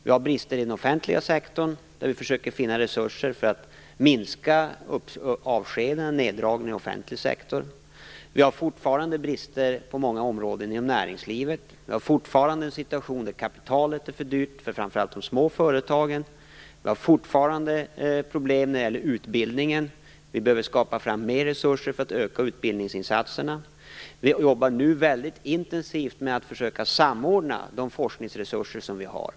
Vi har brister inom den offentliga sektorn, där vi försöker finna resurser för att minska avskedanden och neddragningar. Vi har fortfarande brister på många områden inom näringslivet. Vi har fortfarande en situation där kapitalet är för dyrt för framför allt de små företagen. Vi har fortfarande problem när det gäller utbildningen. Vi behöver skapa mer resurser för att öka utbildningsinsatserna. Vi jobbar nu mycket intensivt med att försöka samordna de forskningsresurser som vi har.